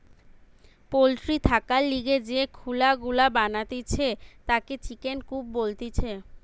poultry থাকার লিগে যে খুলা গুলা বানাতিছে তাকে চিকেন কূপ বলতিছে